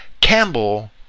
Campbell